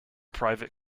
private